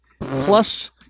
plus